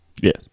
Yes